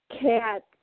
cat